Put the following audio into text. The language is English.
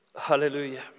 Hallelujah